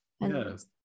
Yes